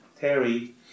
Terry